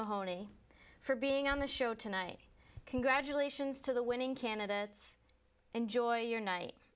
mahoney for being on the show tonight congratulations to the winning candidates enjoy your night